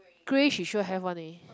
grey she sure have one eh